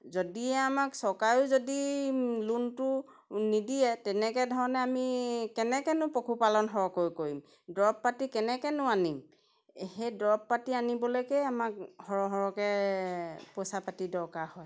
যদি আমাক চৰকাৰেও যদি লোনটো নিদিয়ে তেনেকৈ ধৰণে আমি কেনেকৈ নো পশুপালন সৰহকৈ কৰিম দৰৱ পাতি কেনেকৈ নো আনিম সেই দৰৱ পাতি আনিবলৈকে আমাক সৰহ সৰহকৈ পইচা পাতি দৰকাৰ হয়